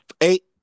eight